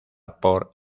por